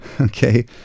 Okay